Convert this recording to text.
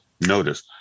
notice